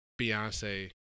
Beyonce